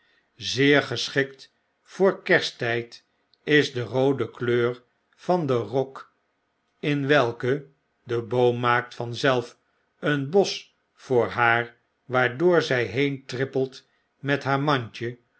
zeer geschikt voor kersttijd is de roode kleur van de rok in welke de boom maakt vanzelf een bosch voor haar waardoor zy heentrippelt met haar mandje